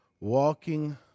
walking